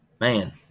Man